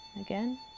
Again